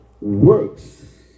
works